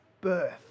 birth